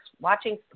watching